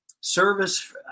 Service